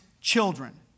children